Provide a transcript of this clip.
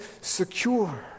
secure